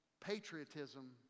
patriotism